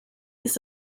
ist